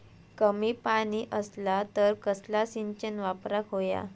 कमी पाणी असला तर कसला सिंचन वापराक होया?